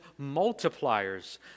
multipliers